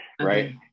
right